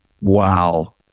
Wow